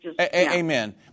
Amen